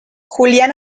julian